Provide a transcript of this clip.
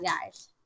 guys